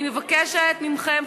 אני מבקשת מכם,